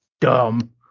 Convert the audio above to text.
Dumb